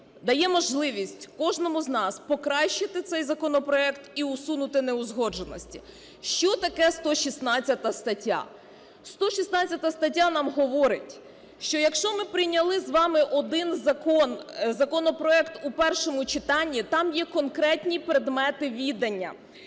дає можливість кожному з нас покращити цей законопроект і усунути неузгодженості. Що таке 116 стаття. 116 стаття нам говорить, що якщо ми прийняли з вами один закон, законопроект у першому читанні, там є конкретні предмети відання,